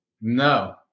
No